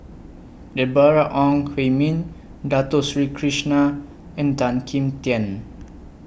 Deborah Ong Hui Min Dato Sri Krishna and Tan Kim Tian